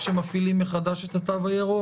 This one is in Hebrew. כשמפעילים מחדש את התו הירוק,